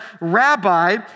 rabbi